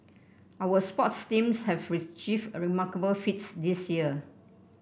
our sports teams have achieved remarkable feats this year